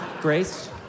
Grace